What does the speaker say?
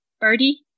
Birdie